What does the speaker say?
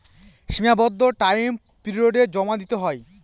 সীমাবদ্ধ টাইম পিরিয়ডে জমা দিতে হয়